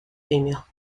female